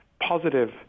positive